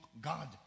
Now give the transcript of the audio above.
God